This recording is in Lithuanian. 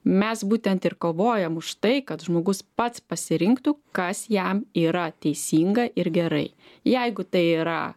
mes būtent ir kovojam už tai kad žmogus pats pasirinktų kas jam yra teisinga ir gerai jeigu tai yra